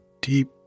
deep